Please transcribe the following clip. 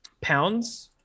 pounds